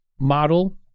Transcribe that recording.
Model